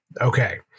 Okay